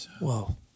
Whoa